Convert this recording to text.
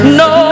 no